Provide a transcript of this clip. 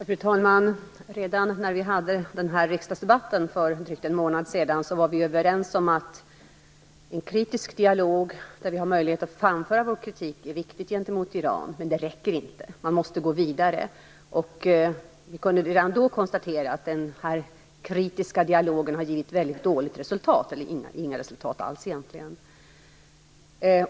Fru talman! Redan när vi hade riksdagsdebatten i ämnet för en dryg månad sedan var vi överens om att en kritisk dialog där vi har möjlighet att framföra vår kritik är viktig gentemot Iran men att det inte räcker. Man måste gå vidare. Vi kunde redan då konstatera att den här kritiska dialogen har givit väldigt dåligt resultat - inga resultat alls egentligen.